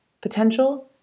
potential